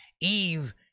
Eve